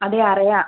അതെ അറിയാം